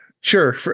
sure